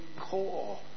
core